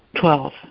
Twelve